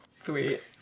sweet